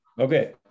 Okay